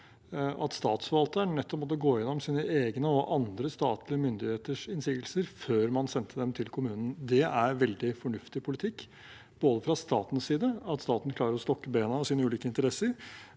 at statsforvalteren måtte gå gjennom sine egne og andre statlige myndigheters innsigelser før man sendte dem til kommunen. Det er veldig fornuftig politikk fra statens side at staten klarer å stokke bena og sine ulike interesser,